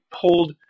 pulled